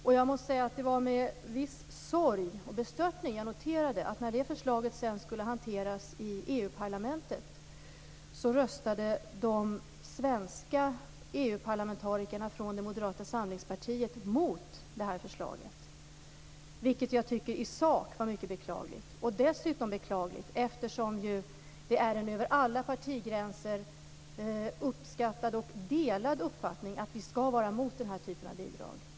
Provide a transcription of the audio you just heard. Det var därför med sorg och bestörtning som jag noterade att de svenska EU-parlamentarikerna från Moderata samlingspartiet röstade mot förslaget när det skulle behandlas i EU-parlamentet. Det var i sak mycket beklagligt. Det var dessutom beklagligt eftersom det är en över alla partigränser uppskattad och delad uppfattning att vi skall vara emot den här typen av bidrag.